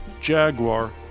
Jaguar